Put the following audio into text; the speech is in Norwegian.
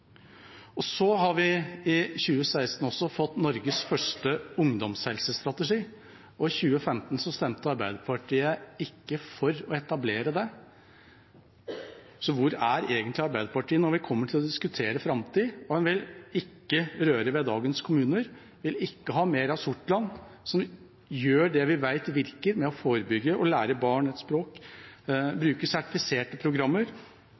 det. Så hvor er egentlig Arbeiderpartiet når det gjelder å diskutere framtid? Man vil ikke røre ved dagens kommuner, vil ikke ha mer av det vi vet virker, med å forebygge og lære barn et språk, bruke sertifiserte programmer,